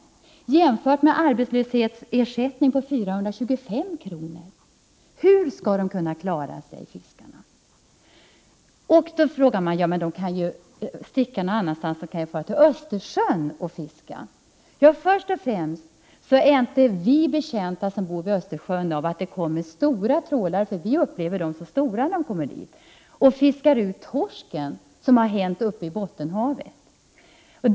Detta skall jämföras med arbetslöshetsersättningen, som är 425 kr. om dagen. Hur skall fiskarna kunna klara sig? Någon kanske svarar att fiskarna kan fara till Östersjön och fiska. Först och främst är vi som bor vid Östersjön inte betjänta av att det kommer stora trålare — vi upplever nämligen dessa trålare som stora — och fiskar ut torsken. Det är vad som har hänt uppe i Bottenhavet.